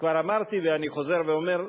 כבר אמרתי ואני חוזר ואומר,